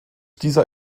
dieser